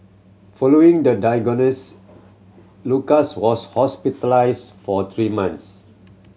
following the diagnosis Lucas was hospitalised for three months